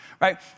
right